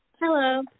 Hello